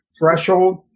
threshold